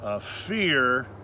fear